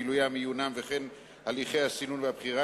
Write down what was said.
מילוים ומיונם וכן הליכי הסינון והבחירה,